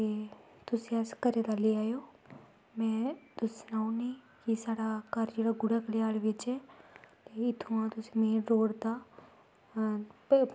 ते तुसें घरा दा लेई जायो में तुस सनाउड़नी साढ़ी घर जेह्ड़ा गुड़े पलेआल बिच्च ऐ ते इत्थमां तुसें मेन रोड़ दा